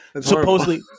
Supposedly